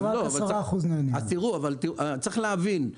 צריך להבין,